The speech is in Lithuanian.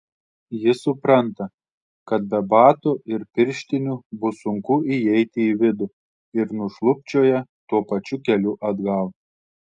ji supranta kad be bato ir pirštinių bus sunku įeiti į vidų ir nušlubčioja tuo pačiu keliu atgal